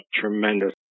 tremendous